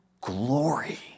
glory